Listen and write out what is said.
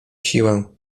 siłę